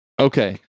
Okay